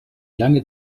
lange